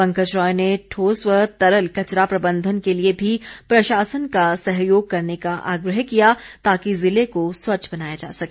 पंकज राय ने ठोस व तरल कचरा प्रबंधन के लिए भी प्रशासन का सहयोग करने का आग्रह किया ताकि जिले को स्वच्छ बनाया जा सके